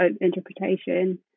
interpretation